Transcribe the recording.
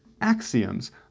axioms